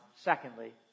Secondly